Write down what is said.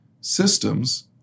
systems